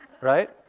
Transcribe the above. right